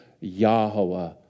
Yahweh